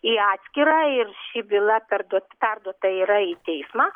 į atskirą ir ši byla perduot perduota yra į teismą